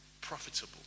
profitable